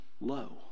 low